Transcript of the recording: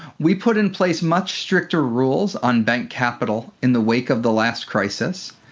we put in place much stricter rules on bank capital in the wake of the last crisis.